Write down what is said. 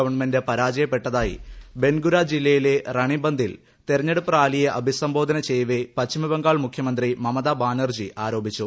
government പരാജയപ്പെട്ടതായി ബൻഗുരാ ജില്ലയിലെ റണിബന്ദിൽ തെരഞ്ഞെടുപ്പ് റാലിയെ അഭിസംബോധന ചെയ്യവേ പശ്ചിമബംഗാൾ മുഖ്യമന്ത്രി മമതാ ബാനർജി ആരോപിച്ചു